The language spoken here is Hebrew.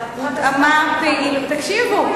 תקשיבו.